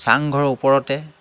চাংঘৰৰ ওপৰতে